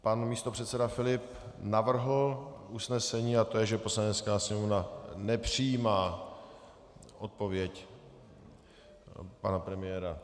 Pan místopředseda Filip navrhl usnesení, a to je, že Poslanecká sněmovna nepřijímá odpověď pana premiéra.